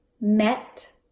met